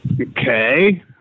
Okay